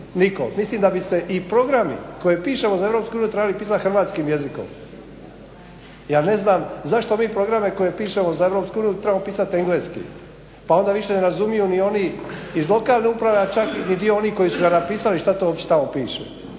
nitko. Mislim da bi se i programi koje pišemo za EU trebali pisati hrvatskim jezikom. Ja ne znam zašto vi programe koje pišemo za EU trebamo pisati engleski, pa onda više ne razumiju ni oni iz lokalne uprave a čak ni dio onih koji su ga napisali šta to uopće tamo piše